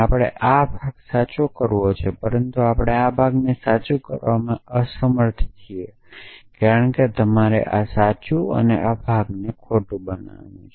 આપણે આ ભાગ સાચો કરવો છે પરંતુ આપણે આ ભાગને સાચું કરવામાં અસમર્થ છીએ કારણ કે તમારે આ સાચું અને આ ભાગ ખોટું બનાવવાનું છે